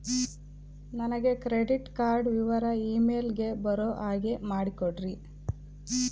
ನನಗೆ credit card ವಿವರ email ಗೆ ಬರೋ ಹಾಗೆ ಮಾಡಿಕೊಡ್ರಿ?